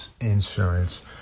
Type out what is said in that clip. insurance